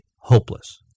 hopeless